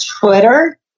Twitter